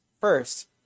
first